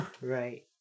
Right